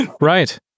right